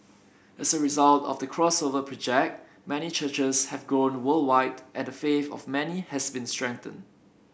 as a result of the Crossover Project many churches have grown worldwide and the faith of many has been strengthened